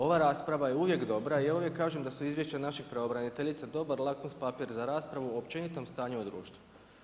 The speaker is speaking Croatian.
Ova rasprava je uvijek dobra i ja uvijek kažem da su izvješće naših pravobraniteljica, dobar … za raspravu općenitom stanju u društvu.